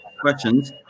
questions